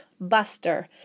buster